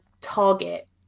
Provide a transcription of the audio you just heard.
target